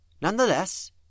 Nonetheless